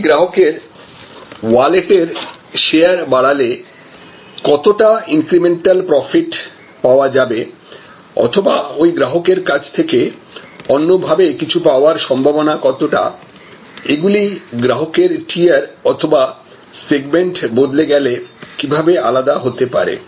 একই গ্রাহকের ওয়ালেটর শেয়ার বাড়ালে কতটা ইনক্রিমেন্টাল প্রফিট পাওয়া যাবে অথবা ওই গ্রাহকের কাছ থেকে অন্য ভাবে কিছু পাওয়ার সম্ভাবনা কতটা এগুলি গ্রাহকের টিয়ার অথবা সেগমেন্ট বদলে গেলে কিভাবে আলাদা হতে পারে